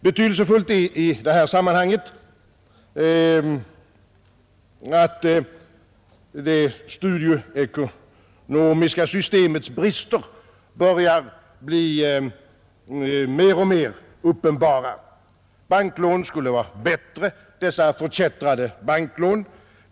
Betydelsefullt är i detta sammanhang, att det studieekonomiska systemets brister börjar bli mer och mer uppenbara. Banklån skulle vara bättre — dessa förkättrade banklån.